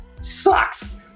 sucks